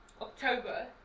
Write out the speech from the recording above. october